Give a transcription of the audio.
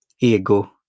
ego